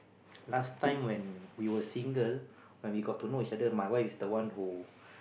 last time when we were single when we got to know each other my wife is the one who